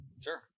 Sure